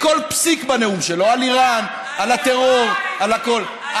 לכל פסיק בנאום שלו: על איראן, על הטרור, על הכול.